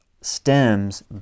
stems